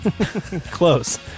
Close